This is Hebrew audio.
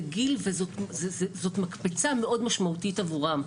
זה גיל וזאת מקפצה מאוד משמעותית עבורם.